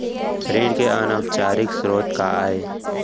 ऋण के अनौपचारिक स्रोत का आय?